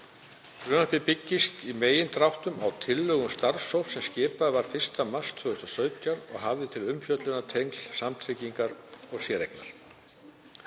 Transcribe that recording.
Frumvarpið byggist í megindráttum á tillögum starfshóps sem skipaður var 1. mars 2017 og hafði til umfjöllunar tengsl samtryggingar og séreignar.